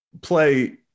play